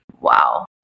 Wow